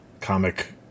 comic